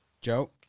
Joe